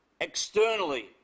externally